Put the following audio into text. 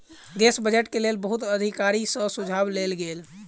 देशक बजट के लेल बहुत अधिकारी सॅ सुझाव लेल गेल